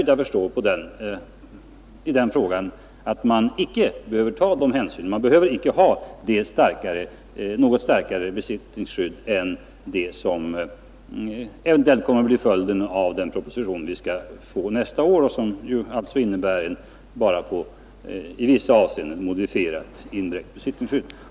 Regeringens ståndpunkt i den frågan är, såvitt jag förstår, att man icke behöver ha något starkare besittningsskydd än vad som kommer att föreslås i den proposition som vi skall få nästa år och som alltså innebär ett bara i vissa avseenden modifierat besittningsskydd.